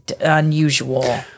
unusual